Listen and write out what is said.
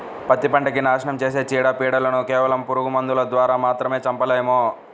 పత్తి పంటకి నాశనం చేసే చీడ, పీడలను కేవలం పురుగు మందుల ద్వారా మాత్రమే చంపలేము